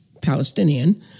Palestinian